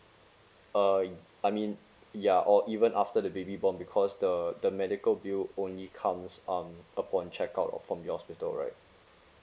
uh y~ I mean ya or even after the baby born because the the medical bill only comes um upon check out of from the hospital right